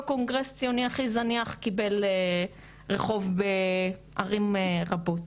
קונגרס ציוני הכי זניח קיבל רחוב בערים רבות.